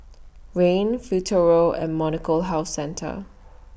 Rene Futuro and Molnylcke Health Centre